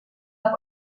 auf